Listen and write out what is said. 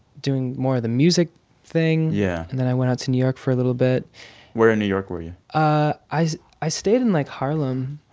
doing more of the music thing yeah and then i went out to new york for a little bit where in new york were you? i i stayed in, like, harlem.